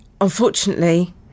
unfortunately